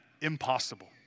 impossible